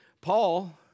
Paul